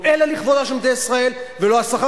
לא אלה לכבודה של מדינת ישראל ולא השכר